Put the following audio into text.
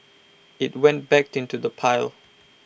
IT went back into the pile